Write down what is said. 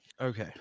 okay